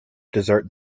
dessert